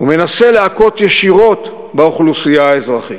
מנסים להכות ישירות באוכלוסייה האזרחית,